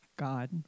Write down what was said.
God